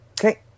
Okay